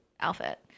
outfit